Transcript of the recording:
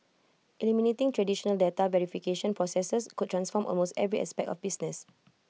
eliminating traditional data verification processes could transform almost every aspect of business